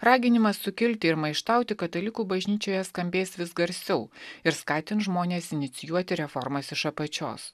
raginimas sukilti ir maištauti katalikų bažnyčioje skambės vis garsiau ir skatins žmones inicijuoti reformas iš apačios